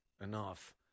enough